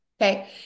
okay